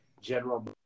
general